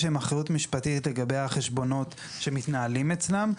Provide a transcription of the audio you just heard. יש להם אחריות משפטית לגבי החשבונות שמתנהלים אצלם.